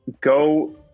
go